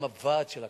גם הוועד של הכבאים,